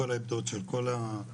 כל העמדות של כל הגופים,